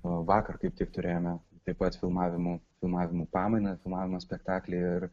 o vakar kaip tik turėjome taip pat filmavimų filmavimų pamainą filmavome spektaklį ir